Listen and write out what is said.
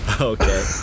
Okay